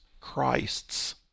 Christs